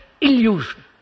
illusion